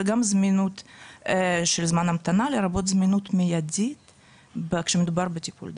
וגם זמינות של זמן המתנה לרבות זמינות מיידית כשמדובר בטיפול דחוף.